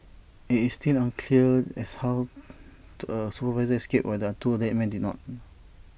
IT is still unclear as how the supervisor escaped while the two dead men did not